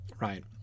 right